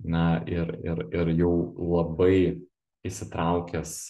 na ir ir ir jau labai įsitraukęs